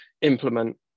implement